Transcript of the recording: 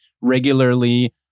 regularly